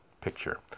picture